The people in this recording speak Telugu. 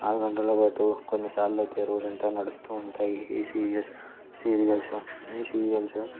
నాలుగు గంటల పాటు కొన్నిసార్లు అయితే రోజంతా నడుస్తూ ఉంటాయి ఈ సీరియల్స్ సీరియల్స్ ఈ సీరియల్స్